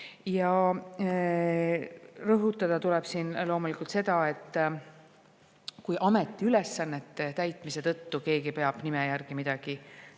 Ja rõhutada tuleb siin loomulikult seda, et kui ametiülesannete täitmise tõttu keegi peab nime järgi midagi